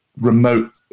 remote